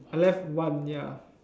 I left one ya